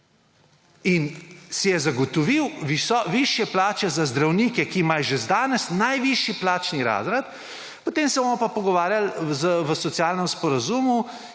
In si je zagotovil višje plače za zdravnike, ki imajo že danes najvišji plačni razred. Potem se bomo pa pogovarjali v socialnem sporazumu,